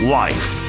life